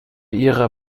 ihrer